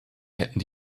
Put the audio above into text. hätten